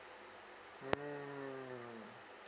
mm